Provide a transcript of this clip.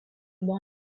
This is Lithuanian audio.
buvo